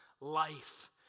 life